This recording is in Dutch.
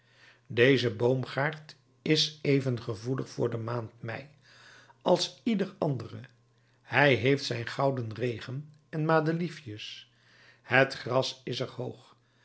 deze boomgaard is even gevoelig voor de maand mei als ieder andere hij heeft zijn goudenregen en madeliefjes het gras is er hoog